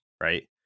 right